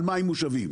על מים מושבים.